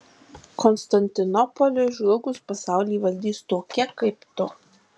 konstantinopoliui žlugus pasaulį valdys tokie kaip tu